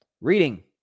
Reading